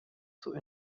zur